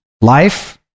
life